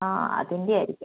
അ അതിൻറെയായിരിക്കും